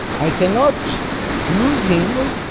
i cannot lose him,